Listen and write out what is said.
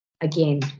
again